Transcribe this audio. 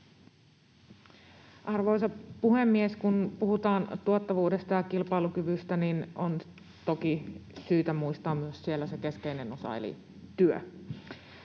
Arvoisa puhemies! Kun puhutaan tuottavuudesta ja kilpailukyvystä, niin on toki syytä muistaa myös siellä se keskeinen osa, eli työ.